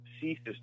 ceases